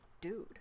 dude